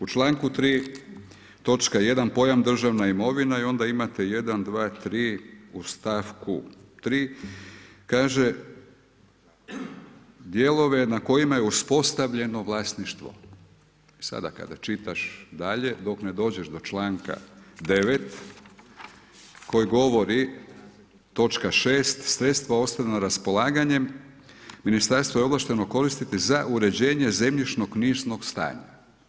U članku 3. točka 1. pojam državna imovina i onda imate jedan, dva, tri u stavku 3. kaže dijelove na kojima je uspostavljeno vlasništvo i sada kada čitaš dalje dok ne dođeš do članka 9. koji govori, točka 6. sredstva ostvarena raspolaganjem ministarstvo je ovlašteno koristiti za uređenje zemljišno-knjižnog stanja.